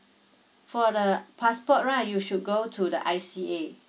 for the passport right you should go to the I_C_A